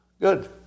Good